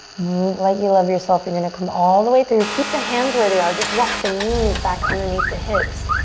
move like you love yourself. you're gonna come all the way through. keep the hands where they are. just walk the knees back underneath the hips.